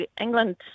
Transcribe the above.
england